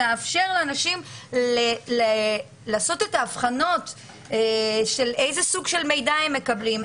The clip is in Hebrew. לאפשר לאנשים לעשות את האבחנות של איזה סוג של מידע הם מקבלים,